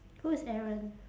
who is aaron